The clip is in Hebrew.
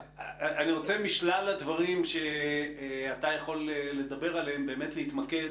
משלל הדברים שאתה יכול לדבר עליהם אני רוצה באמת להתמקד